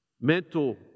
mental